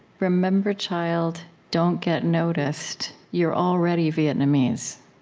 remember, child don't get noticed. you're already vietnamese.